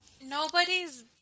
nobody's